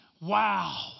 wow